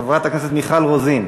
חברת הכנסת מיכל רוזין,